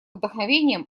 вдохновением